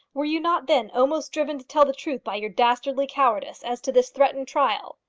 were you not then almost driven to tell the truth by your dastardly cowardice as to this threatened trial?